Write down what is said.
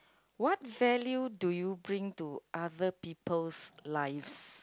what value do you bring to other people's lives